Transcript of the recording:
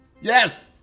Yes